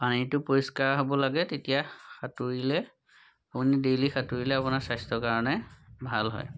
পানীটো পৰিষ্কাৰ হ'ব লাগে তেতিয়া সাঁতুৰিলে আপুনি ডেইলি সাঁতুৰিলে আপোনাৰ স্বাস্থ্যৰ কাৰণে ভাল হয়